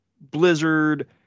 blizzard